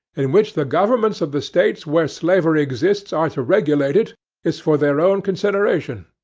in which the governments of the states where slavery exists are to regulate it is for their own consideration,